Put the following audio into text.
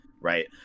right